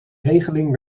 regeling